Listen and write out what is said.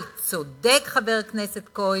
אבל צודק חבר הכנסת כהן,